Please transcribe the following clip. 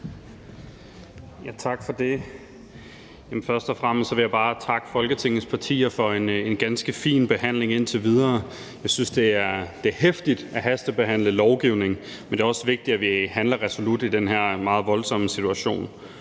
Tak for det. Først og fremmest vil jeg bare takke Folketingets partier for en ganske fin behandling indtil videre. Jeg synes, det er heftigt at hastebehandle lovgivning, men det er også vigtigt, at vi handler resolut i den her meget voldsomme situation.